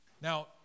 Now